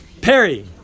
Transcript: Perry